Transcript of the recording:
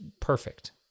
perfect